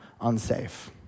unsafe